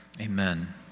Amen